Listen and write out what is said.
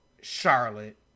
Charlotte